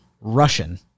Russian